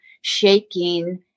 shaking